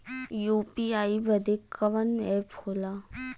UPI बदे कवन app होला?